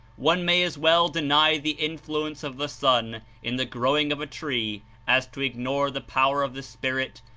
one may as well deny the influence of the sun in the growing of a tree as to ignore the power of the spirit,